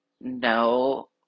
no